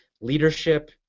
leadership